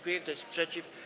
Kto jest przeciw?